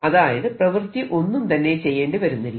അതായത് പ്രവൃത്തി ഒന്നും തന്നെ ചെയ്യേണ്ടി വരുന്നില്ല